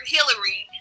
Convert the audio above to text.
Hillary